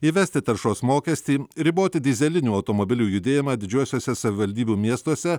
įvesti taršos mokestį riboti dyzelinių automobilių judėjimą didžiuosiuose savivaldybių miestuose